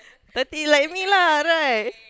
thirty like me lah right